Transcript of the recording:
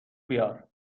بیار